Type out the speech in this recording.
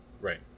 Right